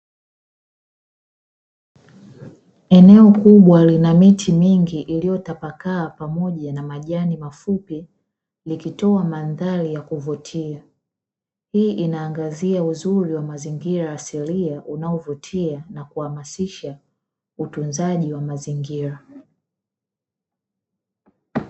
Eneo kubwa lina miti mingi iliyotapakaa pamoja na majani mafupi, likitoa mandhari ya kuvutia. Hii inaangazia uzuri wa mazingira asilia unaovutia na kuhamasisha utunzaji wa mazingira.